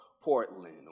Portland